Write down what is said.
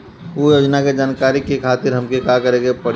उ योजना के जानकारी के खातिर हमके का करे के पड़ी?